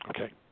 Okay